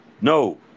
No